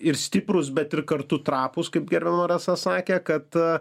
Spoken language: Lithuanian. ir stiprūs bet ir kartu trapūs kaip gerbiama rasa sakė kad